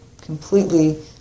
completely